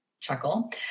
chuckle